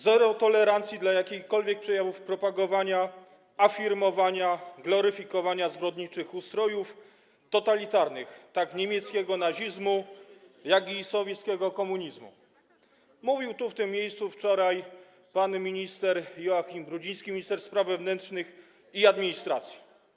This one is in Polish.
Zero tolerancji dla jakichkolwiek przejawów propagowania, afirmowania, gloryfikowania zbrodniczych ustrojów totalitarnych, tak niemieckiego nazizmu, jak sowieckiego komunizmu - mówił tu, w tym miejscu, wczoraj pan minister Joachim Brudziński, minister spraw wewnętrznych i administracji.